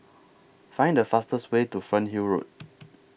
Find The fastest Way to Fernhill Road